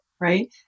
right